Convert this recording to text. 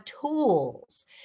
tools